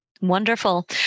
Wonderful